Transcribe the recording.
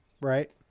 right